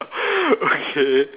okay